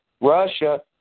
Russia